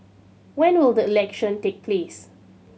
when will the election take place